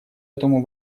этому